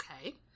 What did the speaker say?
Okay